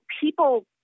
people